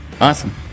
Awesome